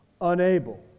unable